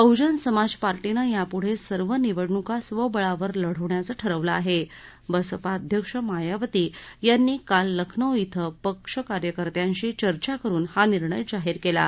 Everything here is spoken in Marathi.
बहजन समाज पार्टीनं यापुढं सर्व निवडणुका स्वबळावर लढवायचं ठरवलं आह बिसपा अध्यक्ष मायावती यांनी काल लखनौ बि पक्षकार्यकर्त्यांशी चर्चा करुन हा निर्णय जाहीर कलि